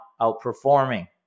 outperforming